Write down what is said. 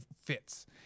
fits